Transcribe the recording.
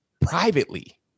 privately